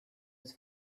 his